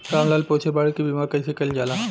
राम लाल पुछत बाड़े की बीमा कैसे कईल जाला?